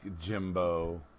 Jimbo